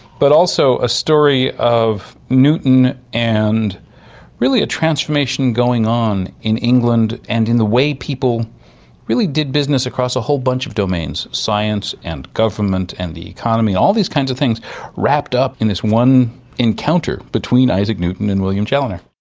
but also a story of newton and really a transformation going on in england and in the way people really did business across a whole bunch of domains science and government and the economy all these kinds of things wrapped up in this one encounter between isaac newton and william chaloner.